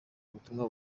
ubutumwa